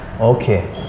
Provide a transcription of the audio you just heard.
okay